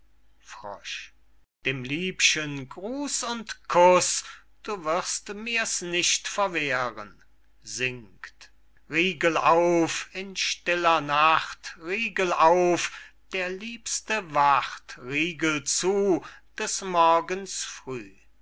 dem liebchen gruß und kuß du wirst mir's nicht verwehren singt riegel auf in stiller nacht riegel auf der liebste wacht riegel zu des morgens früh